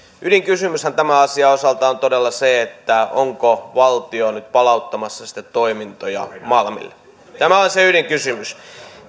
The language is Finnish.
ydinkysymyshän tämän asian osalta on todella se onko valtio nyt palauttamassa toimintoja malmille tämä on se ydinkysymys